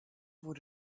wurde